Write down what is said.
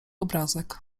obrazek